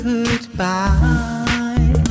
Goodbye